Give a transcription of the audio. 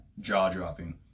jaw-dropping